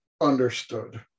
understood